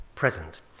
present